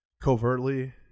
covertly